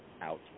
out